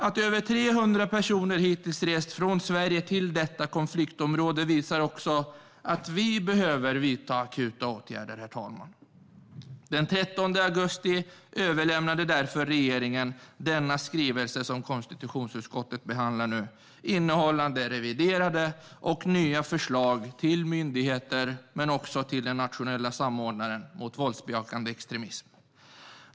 Att över 300 personer hittills rest från Sverige till detta konfliktområde visar också att vi behöver vidta akuta åtgärder, herr talman. Den 13 augusti 2015 överlämnade därför regeringen denna skrivelse som konstitutionsutskottet nu behandlar innehållande reviderade och nya förslag till myndigheter men också till den nationella samordnaren mot våldsbejakande extremism.